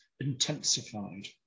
intensified